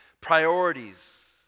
Priorities